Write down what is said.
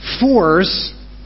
force